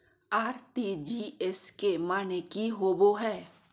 RTGS के माने की होबो है?